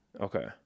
Okay